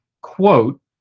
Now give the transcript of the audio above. quote